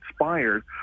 inspired